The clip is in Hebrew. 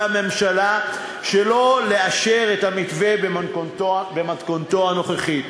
הממשלה שלא לאשר את המתווה במתכונתו הנוכחית.